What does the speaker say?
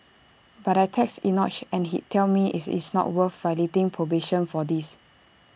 but I'd text Enoch and he'd tell me IT is not worth violating probation for this